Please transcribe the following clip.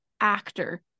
actor